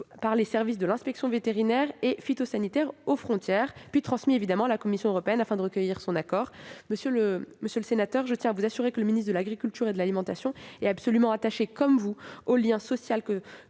par le service d'inspection vétérinaire et phytosanitaire aux frontières, puis transmis à la Commission européenne afin de recueillir son accord. Monsieur le sénateur, je tiens à vous assurer que le ministre de l'agriculture et de l'alimentation est attaché comme vous au lien social que cette